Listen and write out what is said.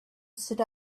stood